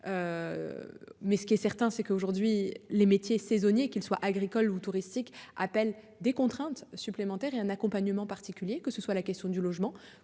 Mais ce qui est certain c'est qu'aujourd'hui les métiers saisonniers, qu'il soit agricole ou touristique, appel des contraintes supplémentaires et un accompagnement particulier, que ce soit la question du logement.